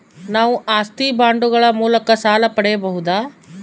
ನಾವು ಆಸ್ತಿ ಬಾಂಡುಗಳ ಮೂಲಕ ಸಾಲ ಪಡೆಯಬಹುದಾ?